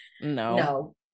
No